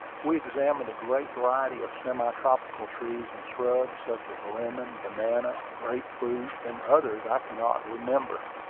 we examined a great variety of semi-tropical trees and shrubs, such as lemon, banana, grape-fruit, and others i cannot remember.